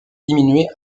diminuer